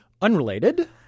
unrelated